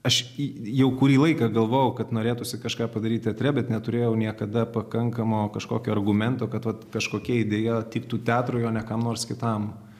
aš jau kurį laiką galvojau kad norėtųsi kažką padaryti teatre bet neturėjau niekada pakankamo kažkokio argumento kad vat kažkokia idėja teiktų teatrui o ne kam nors kitam